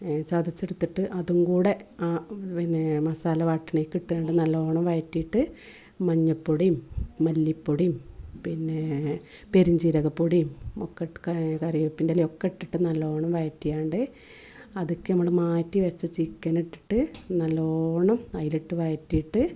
ചതച്ചെടുത്തിട്ട് അതും കൂടി പിന്നെ മസാല വാട്ടണേൽക്ക് ഇട്ടു കൊണ്ട് നല്ലവണ്ണം വയറ്റിയിട്ട് മഞ്ഞൾപ്പൊടിയും മല്ലിപ്പൊടിയും പിന്നേ പെരും ജീരകപ്പൊടിയും കറിവേപ്പിൻ്റിലയും ഒക്കെ ഇട്ടിട്ട് നല്ലവണ്ണം വയറ്റിയാണ്ട് അതൊക്കെ നമ്മുടെ മാറ്റി വെച്ച ചിക്കൻ ഇട്ടിട്ട് നല്ലവണ്ണം അതിലിട്ട് വയറ്റിയിട്ട്